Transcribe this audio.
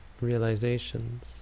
realizations